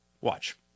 Watch